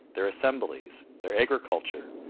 their assemblies, their agriculture,